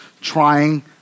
trying